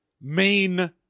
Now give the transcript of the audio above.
main